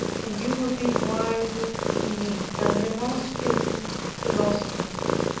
and you will be wiser in it than the most skillful philosophers.